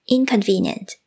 Inconvenient